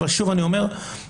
שוב אני אומר,